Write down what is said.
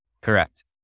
Correct